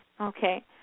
Okay